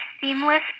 seamless